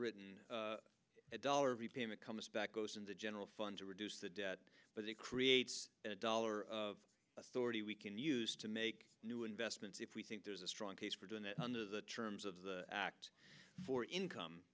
written a dollar repayment comes back goes in the general fund to reduce the debt but it creates dollar authority we can use to make new investments if we think there's a strong case for doing it under the terms of the act for income